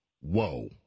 Whoa